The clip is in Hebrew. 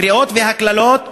הקריאות והקללות,